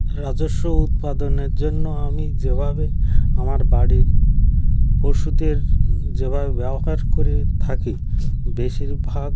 রাজস্ব উৎপাদনের জন্য আমি যেভাবে আমার বাড়ির পশুদের যেভাবে ব্যবহার করে থাকি বেশিরভাগ